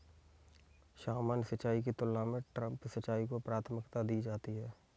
सामान्य सिंचाई की तुलना में ड्रिप सिंचाई को प्राथमिकता दी जाती है